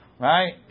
right